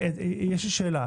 יש לי שאלה,